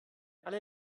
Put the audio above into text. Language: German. alle